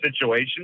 situation